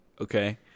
okay